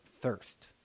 thirst